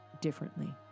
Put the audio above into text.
differently